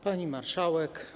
Pani Marszałek!